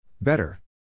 Better